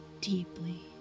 deeply